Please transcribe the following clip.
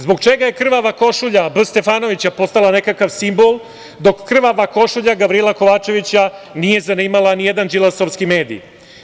Zbog čega je krvava košulja B. Stefanovića postala nekakav simbol, dok krvava košulja Gavrila Kovačevića nije zanimala nijedan đilasovski mediji?